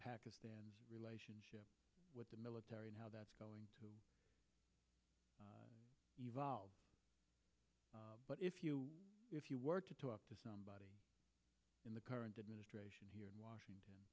pakistan's relationship with the military how that's going to evolve but if you if you were to talk to somebody in the current administration here in washington